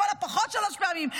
לכל הפחות שלוש פעמים,